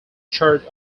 charge